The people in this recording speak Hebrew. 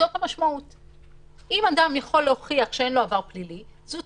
אם אדם יכול להוכיח שאין לו עבר פלילי אז זאת